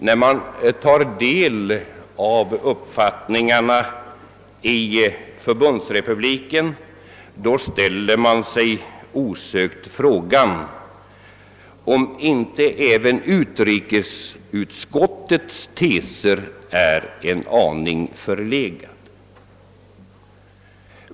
När man tar del av uppfattningarna i Förbundsrepubliken ställer man sig osökt frågan om inte också utrikesutskottets teser är en aning förlegade.